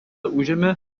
užėmė